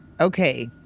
Okay